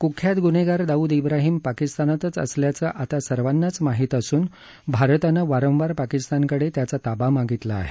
क्ख्यात ग्न्हेगार दाऊद इब्राहिम पाकिस्तानातच असल्याचं आता सर्वांनाच माहीत असून भारतानं वारंवार पाकिस्तानकडे त्याचा ताबा मागितला आहे